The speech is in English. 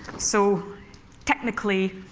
so technically,